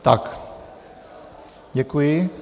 Tak, děkuji.